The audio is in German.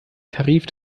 tarif